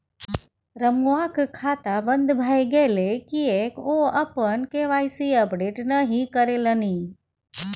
रमुआक खाता बन्द भए गेलै किएक ओ अपन के.वाई.सी अपडेट नहि करेलनि?